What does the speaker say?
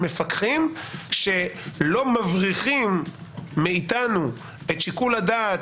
מפקחים שלא מבריחים מאתנו את שיקול הדעת